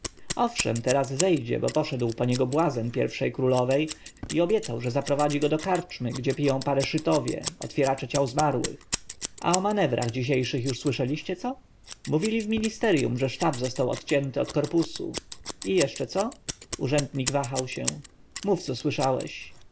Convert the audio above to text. owszem teraz zejdzie bo poszedł po niego błazen pierwszej królowej i obiecał że zaprowadzi go do karczmy gdzie piją paraszytowie otwieracze ciał zmarłych a o manewrach dzisiejszych już słyszeliście co mówili w ministerjum że sztab został odcięty od korpusu i jeszcze co urzędnik wahał się mów co słyszałeś